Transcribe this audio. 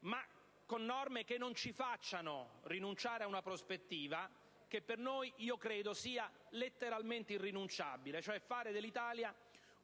ma che non ci facciano rinunciare a una prospettiva che considero letteralmente irrinunciabile, ossia fare dell'Italia